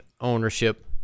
ownership